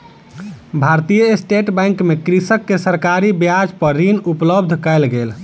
भारतीय state bank मे कृषक के सरकारी ब्याज पर ऋण उपलब्ध कयल गेल